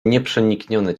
nieprzeniknione